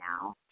now